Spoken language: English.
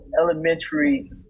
elementary